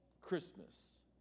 Christmas